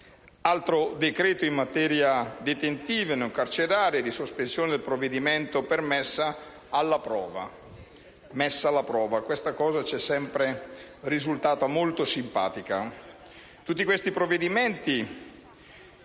altro decreto in materia detentiva e non carceraria era quello di sospensione del provvedimento per messa alla prova. La messa alla prova ci è sempre risultata molto simpatica. Tutti questi provvedimenti